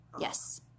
Yes